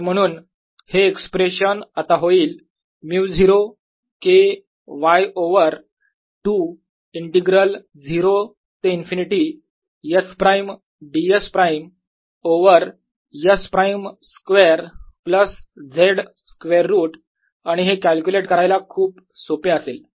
आणि म्हणून हे एक्सप्रेशन आता होईल μ0 K y ओवर 2 इंटिग्रल 0 ते infinity s prime ds prime over s prime square plus z square root आणि हे कॅल्क्युलेट करायला खूप सोपे असेल